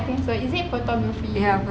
I think so is it photography